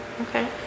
Okay